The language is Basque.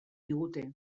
digute